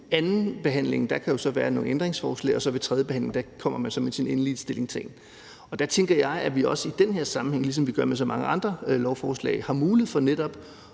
andenbehandlingen kan der så være nogle ændringsforslag, og ved tredjebehandlingen kommer man så med sin endelige stillingtagen. Der tænker jeg, at vi også i den her sammenhæng, ligesom vi gør med så mange andre lovforslag, har mulighed for netop